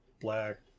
black